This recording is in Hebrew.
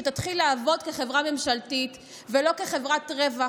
שתתחיל לעבוד כחברה ממשלתית ולא כחברת רווח,